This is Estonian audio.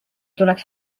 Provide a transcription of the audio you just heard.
tuleks